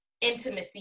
intimacy